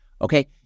okay